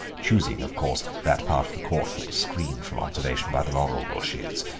choosing, of course, that part of the court that was screened from observation by the laurel bushes.